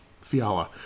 Fiala